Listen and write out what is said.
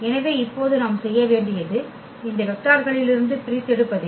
எனவே இப்போது நாம் செய்ய வேண்டியது இந்த வெக்டார்களிலிருந்து பிரித்தெடுப்பதே